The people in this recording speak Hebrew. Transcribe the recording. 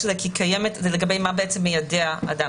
זה לגבי מה מיידע אדם.